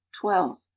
twelve